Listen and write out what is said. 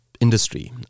industry